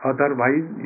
Otherwise